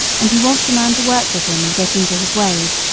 and he wants a man to work with him and get into his ways,